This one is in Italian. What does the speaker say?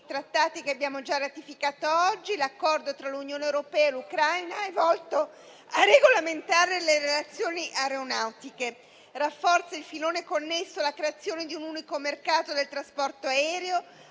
altri che abbiamo già ratificato oggi, l'Accordo tra l'Unione europea e l'Ucraina è volto a regolamentare le relazioni aeronautiche. Esso rafforza il filone connesso alla creazione di un unico mercato del trasporto aereo,